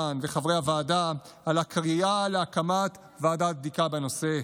וחברי הוועדה על הקריאה להקמת ועדת בדיקה בנושא.